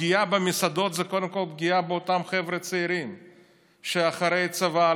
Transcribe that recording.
הפגיעה במסעדות זה קודם כול פגיעה באותם חבר'ה צעירים שאחרי צבא,